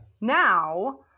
now